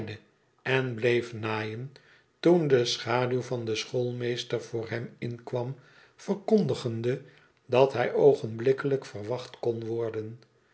en bleef naaien toen de schaduw van den schoolmeester voor hem inkwam verkondigende dat hij oogenblikkelijk verwacht kon worden